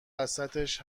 وسطش